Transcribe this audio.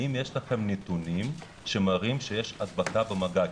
האם יש לכם נתונים שמראים שיש הדבקה במגע?